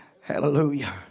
hallelujah